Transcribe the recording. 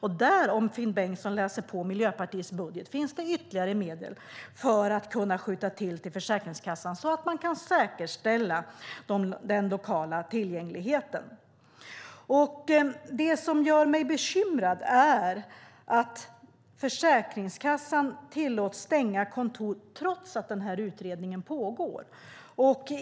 Om Finn Bengtsson läser Miljöpartiets budget ser han att det där finns ytterligare medel för att Försäkringskassan ska kunna säkerställa den lokala tillgängligheten. Det som gör mig bekymrad är att Försäkringskassan tillåts stänga kontor trots att utredningen pågår.